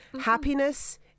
happiness